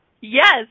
Yes